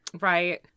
Right